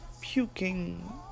puking